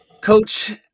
Coach